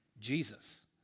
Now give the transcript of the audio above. Jesus